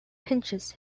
pinches